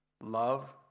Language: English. Love